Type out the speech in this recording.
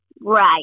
right